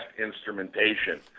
instrumentation